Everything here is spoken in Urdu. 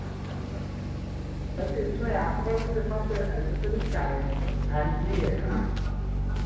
اچھا اچھا سر اس میں آپ کے پاس اس کے ساتھ ایکسیسریز کیا رہیں گا سر ہینڈ فری ہے سر آپ کے پاس اس کے ساتھ